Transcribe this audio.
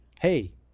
Hey